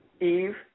Eve